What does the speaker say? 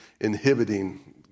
inhibiting